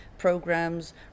Programs